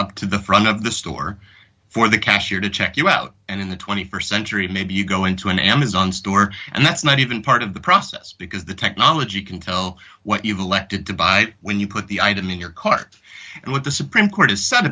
up to the front of the store for the cashier to check you out and in the st century maybe you go into an amazon store and that's not even part of the process because the technology can tell what you've elected to buy when you put the item in your cart and what the supreme court has s